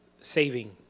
saving